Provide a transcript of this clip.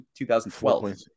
2012